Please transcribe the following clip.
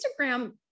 Instagram